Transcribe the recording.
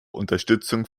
unterstützung